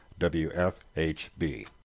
WFHB